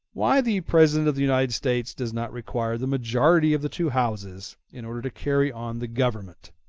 why the president of the united states does not require the majority of the two houses in order to carry on the government